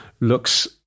looks